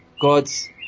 God's